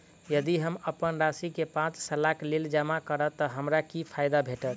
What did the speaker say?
यदि हम अप्पन राशि केँ पांच सालक लेल जमा करब तऽ हमरा की फायदा भेटत?